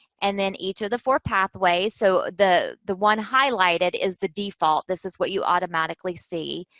and then each of the four pathways. so, the the one highlighted is the default. this is what you automatically see.